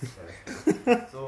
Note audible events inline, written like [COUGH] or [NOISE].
[LAUGHS]